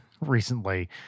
Recently